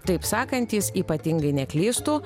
taip sakantys ypatingai neklystų